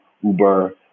Uber